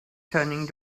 turning